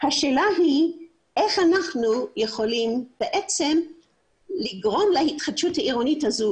השאלה היא איך אנחנו יכולים לגרום להתחדשות העירונית הזו